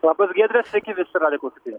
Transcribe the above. labai giedre sveiki visi radijo klausytojai